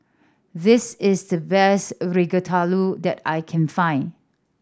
this is the best Ratatouille that I can find